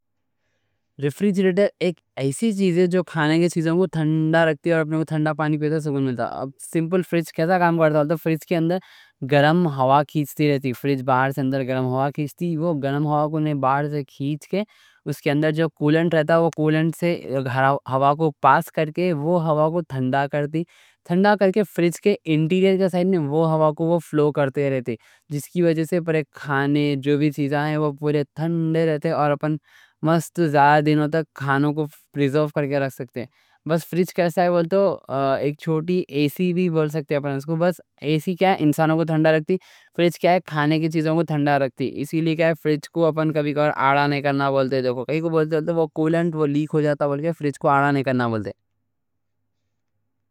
ریفرجریٹر ایک ایسی چیز ہے جو کھانے کی چیزاں کو ٹھنڈا رکھتی۔ وہ پورے ٹھنڈے رہتے اور اپن مست زیادہ دنوں تک کھانوں کو پریزرو کر کے رکھ سکتے۔ بس فریج کیسا ہے بولتے، ایک چھوٹی ایسی بھی بول سکتے اپن۔ ایسی انسانوں کو ٹھنڈا رکھتی، فریج کھانے کی چیزوں کو ٹھنڈا رکھتی۔ سمپل بولے تو، فریج کے اندر ہوا کو پاس کر کے وہ ہوا کو ٹھنڈا کر دی۔ اسی لیے کیا ہے فریج کو اپن کبھی کو آڑا نہیں کرنا بولتے، کولنٹ لیک ہو جاتا بولتے۔